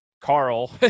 Carl